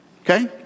Okay